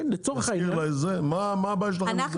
מה הבעיה שלכם -- כן,